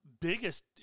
biggest